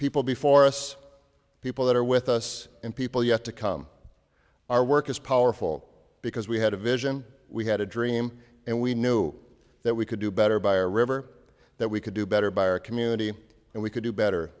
people before us people that are with us and people yet to come our work is powerful because we had a vision we had a dream and we knew that we could do better by a river that we could do better by our community and we could do better